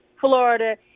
Florida